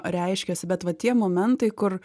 reiškiasi bet va tie momentai kur